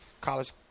college